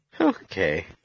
Okay